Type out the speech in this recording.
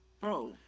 Bro